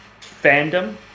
fandom